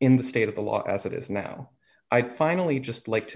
in the state of the law as it is now i finally just like to